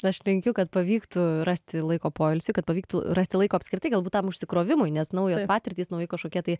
aš linkiu kad pavyktų rasti laiko poilsiui kad pavyktų rasti laiko apskritai galbūt tam užsikrovimui nes naujos patirtys nauji kažkokie tai